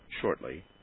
shortly